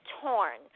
torn